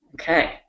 Okay